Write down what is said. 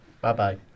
Bye-bye